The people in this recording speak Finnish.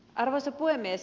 arvoisa puhemies